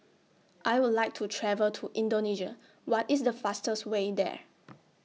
I Would like to travel to Indonesia What IS The fastest Way There